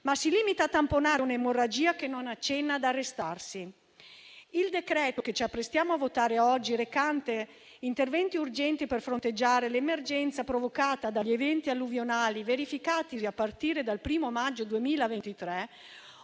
ma si limita a tamponare un'emorragia che non accenna ad arrestarsi. Il provvedimento che ci apprestiamo a votare oggi, recante interventi urgenti per fronteggiare l'emergenza provocata dagli eventi alluvionali verificatisi a partire dal 1° maggio 2023,